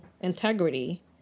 integrity